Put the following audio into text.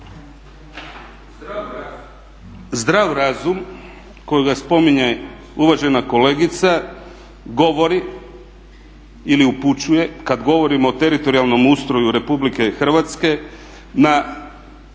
Zdrav razum kojega spominje uvaženi kolega govori ili upućuje, kad govorimo o teritorijalnom ustroju Republike Hrvatske, na